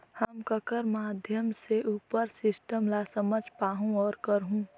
हम ककर माध्यम से उपर सिस्टम ला समझ पाहुं और करहूं?